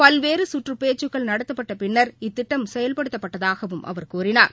பல்வேறுகற்றுபேச்சுக்கள் நடத்தப்பட்டபின்னர் இத்திட்டம் செயல்படுத்தப்பட்டதாகவும் அவர் கூறினார்